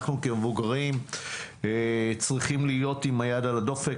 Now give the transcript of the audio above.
אנחנו כמבוגרים צריכים להיות עם היד על הדופק,